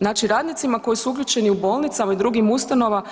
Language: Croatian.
Znači radnicima koji su uključeni u bolnicama i drugim ustanovama